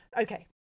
Okay